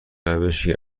روشی